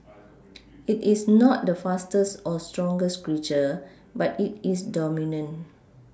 it is not the fastest or strongest creature but it is dominant